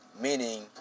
Meaning